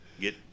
get